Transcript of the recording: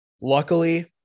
luckily